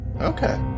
Okay